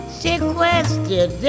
sequestered